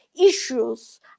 issues